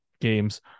games